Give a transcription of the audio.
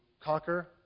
conquer